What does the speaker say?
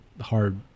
hard